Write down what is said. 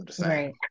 right